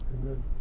Amen